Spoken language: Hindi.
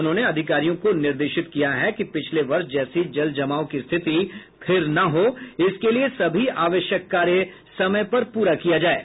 उन्होंने अधिकारियों को निर्देशित किया है कि पिछले वर्ष जैसी जल जमाव की स्थिति फिर न हो इसके लिए सभी आवश्यक कार्य समय पर प्ररा किया जाये